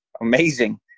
amazing